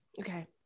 Okay